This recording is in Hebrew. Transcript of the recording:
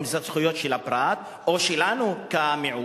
אם זה זכויות של הפרט או שלנו כמיעוט.